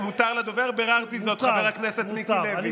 מותר לדובר, ביררתי זאת, חבר הכנסת מיקי לוי.